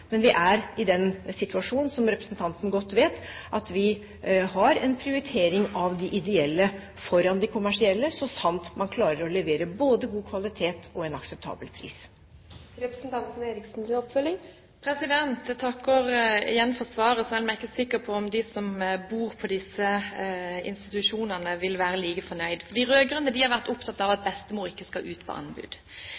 Men vi er i den situasjon, som representanten godt vet, at vi har en prioritering av de ideelle foran de kommersielle så sant man klarer både å levere god kvalitet og ha en akseptabel pris. Jeg takker igjen for svaret, selv om jeg ikke er sikker på om de som bor på disse institusjonene, vil være like fornøyd. De rød-grønne har vært opptatt av at